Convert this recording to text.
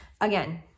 Again